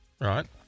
right